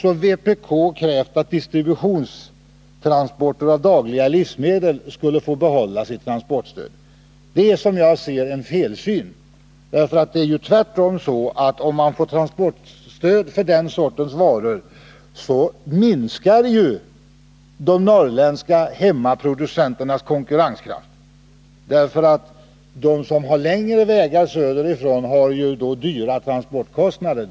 Vpk har också krävt att distributionstransporter av dagliga livsmedel skulle få behålla sitt transportstöd. Detta är, som jag ser det, en felsyn. Det är tvärtom så att om man får transportstöd för den sortens varor så minskar de norrländska hemmaproducenternas konkurrenskraft. De som har längre vägar söderifrån har dyra transportkostnader.